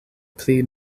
pli